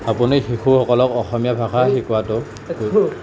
আপুনি শিশুসকলক অসমীয়া ভাষা শিকোৱাটো